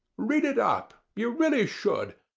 read it up you really should.